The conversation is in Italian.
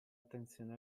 attenzione